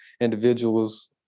individuals